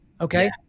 Okay